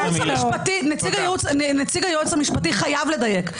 בדיוק, אדוני, נציג הייעוץ המשפטי חייב לדייק.